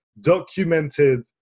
documented